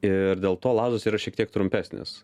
ir dėl to lazdos yra šiek tiek trumpesnės